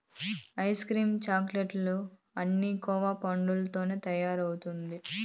ice cream chocolate లన్నీ cocoa పండ్లతోనే తయారైతండాయి